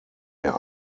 der